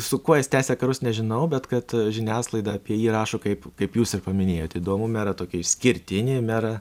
su kuo jis tęsia karus nežinau bet kad žiniasklaida apie jį rašo kaip kaip jūs ir paminėjot įdomų merą tokį išskirtinį merą